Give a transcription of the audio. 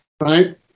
right